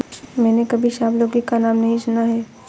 मैंने कभी सांप लौकी का नाम नहीं सुना है